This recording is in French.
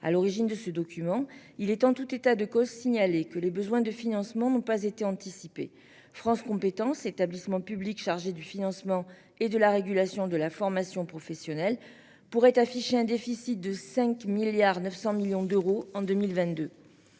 à l'origine de ce document, il est en tout état de cause signaler que les besoins de financement n'ont pas été anticipée, France compétences établissement public chargé du financement et de la régulation de la formation professionnelle pourrait afficher un déficit de 5 milliards 900 millions d'euros en 2022.